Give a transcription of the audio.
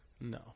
No